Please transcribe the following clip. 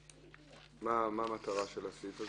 מה המטרה של הסעיף הזה?